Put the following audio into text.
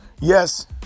Yes